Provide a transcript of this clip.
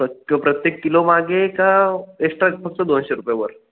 प्रत प्रत्येक किलो मागे का एक्स्ट्रा फक्त दोनशे रुपये वर